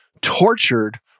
tortured